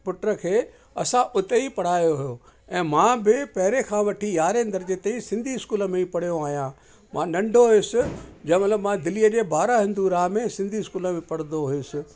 पुट खे असां हुते ई पढ़ायो हुयो ऐं मां बि पहिरें खां वठी यारहें दर्जे ताईं सिंधी स्कूल में ई पढ़ियो आहियां मां नंढो हुयुसि जंहिं महिल मां दिलीअ जे बारा हिंदूरा में सिंधी स्कूल में पढ़ंदो हुयुसि